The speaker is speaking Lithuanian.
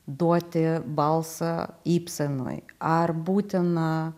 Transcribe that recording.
duoti balsą ibsenui ar būtina